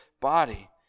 body